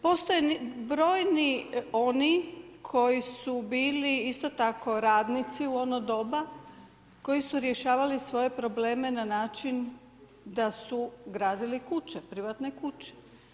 Postoji brojni oni koji su bili isto tako radnici u ono doba, koji su rješavali svoje probleme na način da su gradili kuće, privatne kuće.